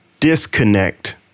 Disconnect